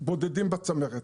בודדים בצמרת,